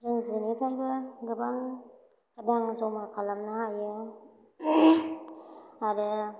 जों जिनिफ्रायबो गोबां रां जमा खालामनो हायो आरो